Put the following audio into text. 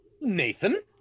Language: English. nathan